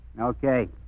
Okay